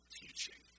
teaching